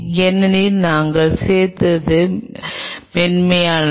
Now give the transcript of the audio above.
ஏனெனில் நாங்கள் சேர்த்தது மென்மையானது